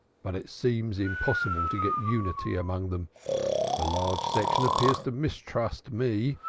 but it seems impossible to get unity among them a large section appears to mistrust me,